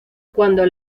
cuando